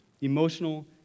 emotional